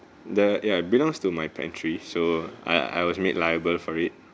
the ya belongs to my pantry so I I was made liable for it